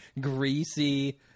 Greasy